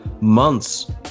months